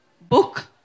book